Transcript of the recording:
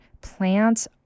plants